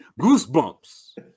Goosebumps